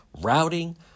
routing